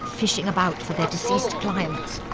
fishing about for their deceased clients.